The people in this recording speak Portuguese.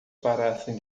parassem